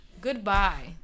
Goodbye